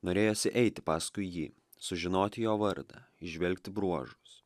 norėjosi eiti paskui jį sužinot jo vardą įžvelgti bruožus